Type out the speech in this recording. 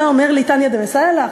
אתה אומר לי, "תניא דמסייעא לך"?